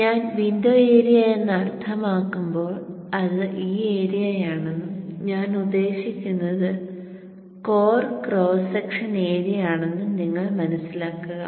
ഞാൻ window area എന്ന് അർത്ഥമാക്കുമ്പോൾ അത് ഈ ഏരിയയാണെന്നും ഞാൻ ഉദ്ദേശിക്കുന്നത് കോർ ക്രോസ് സെക്ഷൻ ഏരിയയാണെന്നും നിങ്ങൾ മനസിലാക്കുക